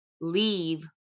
leave